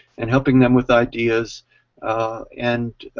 and helping them with ideas and